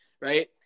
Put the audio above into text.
right